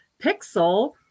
Pixel